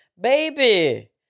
Baby